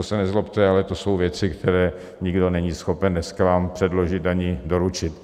To se nezlobte, ale to jsou věci, které nikdo není schopen dneska vám předložit ani doručit.